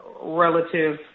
relative